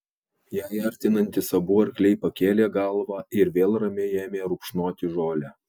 jai artinantis abu arkliai pakėlė galvą ir vėl ramiai ėmė rupšnoti žolę